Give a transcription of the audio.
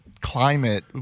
climate